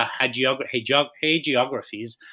hagiographies